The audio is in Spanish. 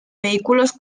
vehículos